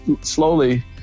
slowly